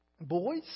boys